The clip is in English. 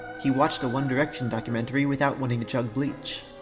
he watched a one direction documentary without wanting to chug bleach.